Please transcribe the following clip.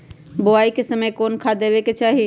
बोआई के समय कौन खाद देवे के चाही?